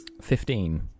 Fifteen